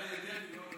אני לא דואג.